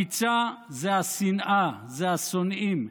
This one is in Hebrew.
הביצה זה השנאה, זה השונאים.